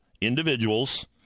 individuals